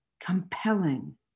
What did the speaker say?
compelling